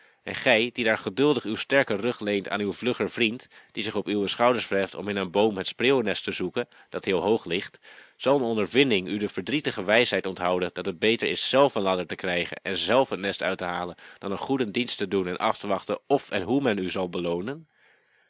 en gij die daar geduldig uw sterker rug leent aan uw vlugger vriend die zich op uwe schouders verheft om in den boom het spreeuwenest te zoeken dat heel hoog ligt zal de ondervinding u de verdrietige wijsheid onthouden dat het beter is zelf een ladder te krijgen en zelf het nest uit te halen dan een goeden dienst te doen en af te wachten f en hoe men u zal beloonen